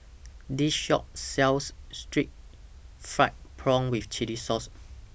This Shop sells Stir Fried Prawn with Chili Sauce